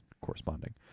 corresponding